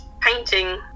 painting